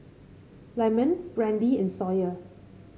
Lyman Brandi and Sawyer